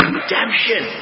redemption